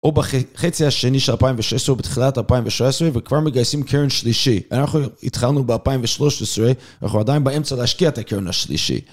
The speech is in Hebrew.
או בחצי השני של 2016 או בתחילת 2017, וכבר מגייסים קרן שלישי. אנחנו התחלנו ב-2013, אנחנו עדיין באמצע להשקיע את הקרן השלישי.